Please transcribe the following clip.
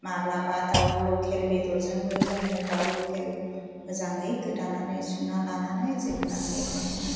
माब्लाबा दाउ लकेल बेदरजोंबो जोङो दाउ लकेल मोजाङै गोदानानै सुना लानानै जोगोनार मैगंखौ